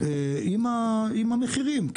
גדולה, עם המחירים.